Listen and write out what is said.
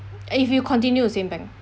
and if you continue same bank